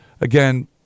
again